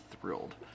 thrilled